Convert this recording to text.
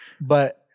but-